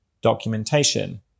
documentation